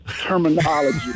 terminology